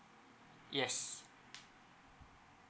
yes